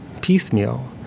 piecemeal